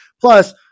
Plus